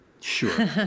Sure